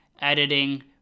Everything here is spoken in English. editing